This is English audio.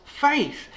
faith